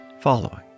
following